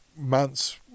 months